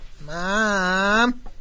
Mom